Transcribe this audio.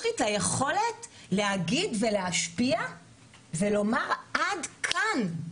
לי את היכולת להגיד ולהשפיע ולומר: עד כאן.